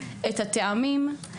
את הטעמים,